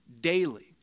daily